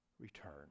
return